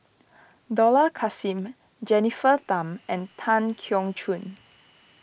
Dollah Kassim Jennifer Tham and Tan Keong Choon